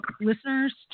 listeners